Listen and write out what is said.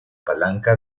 palanca